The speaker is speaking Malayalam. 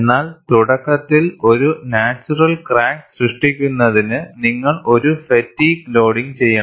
എന്നാൽ തുടക്കത്തിൽ ഒരു നാച്ചുറൽ ക്രാക്ക് സൃഷ്ടിക്കുന്നതിന് നിങ്ങൾ ഒരു ഫാറ്റിഗ് ലോഡിംഗ് ചെയ്യണം